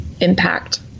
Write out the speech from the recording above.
impact